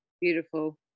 Beautiful